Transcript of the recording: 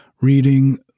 reading